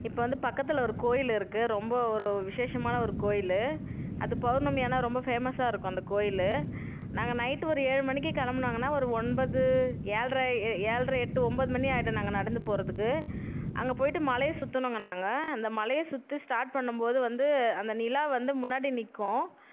இப்போ வந்து பக்கத்தில் ஒரு கோயில் இருக்கு ரொம்ப ஒரு விசேஷமான ஒரு கோயில் அது பௌர்ணமி ஆனால் ரொம்ப ஃபேமஸாக இருக்கும் அந்த கோயில் நாங்கள் நைட்டு ஒரு ஏழு மணிக்கு கிளம்புனாங்கன்னா ஒரு ஒன்பது ஏழ்ட்ற எ ஏழ்ட்ற எட்டு ஒம்பது மணி ஆயிடும் நாங்கள் நடந்து போகறதுக்கு அங்கே போயிவிட்டு மலையை சுற்றுனோங்க நாங்கள் அந்த மலையை சுற்றி ஸ்டார்ட் பண்ணம்போது வந்து அந்த நிலா வந்து முன்னாடி நிற்கும்